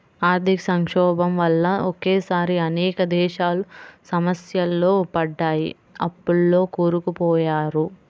ఆర్థిక సంక్షోభం వల్ల ఒకేసారి అనేక దేశాలు సమస్యల్లో పడ్డాయి, అప్పుల్లో కూరుకుపోయారు